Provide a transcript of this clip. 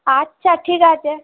আচ্ছা ঠিক আছে